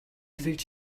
тэгж